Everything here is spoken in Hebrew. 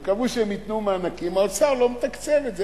הם קבעו שהם ייתנו מענקים, האוצר לא מתקצב את זה.